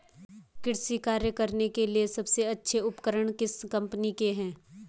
कृषि कार्य करने के लिए सबसे अच्छे उपकरण किस कंपनी के हैं?